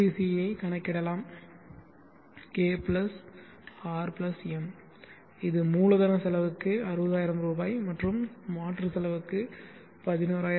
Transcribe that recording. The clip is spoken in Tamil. சி கணக்கிடப்படலாம் கே ஆர் எம் இது மூலதன செலவுக்கு 60000 மற்றும் மாற்று செலவுக்கு 11566